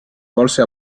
volse